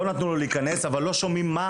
לא נתנו לו להיכנס אבל לא שומעים מה